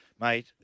mate